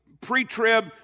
pre-trib